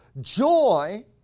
Joy